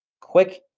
quick